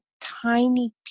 tiny